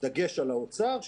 דגש על האוצר,